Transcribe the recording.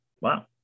Wow